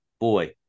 Boy